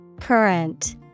Current